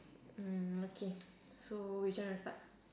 mm okay so which one you wanna start